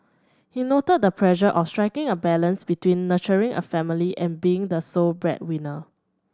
he noted the pressure of striking a balance between nurturing a family and being the sole breadwinner